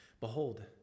Behold